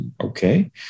Okay